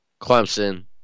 Clemson